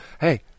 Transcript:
hey